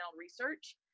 research